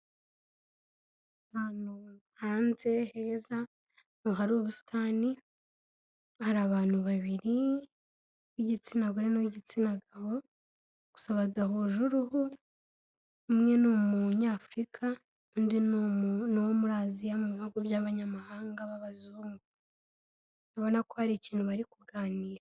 Ahantu hanze heza hari ubusitani hari abantu babiri b'igitsina gore n'uw'igitsina gabo gusa badahuje uruhu, umwe ni umunyafurika undi ni uwo muri Aziya mu bihugu by'abanyamahanga b'abazungu, ubona ko hari ikintu bari kuganira.